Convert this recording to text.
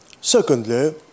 Secondly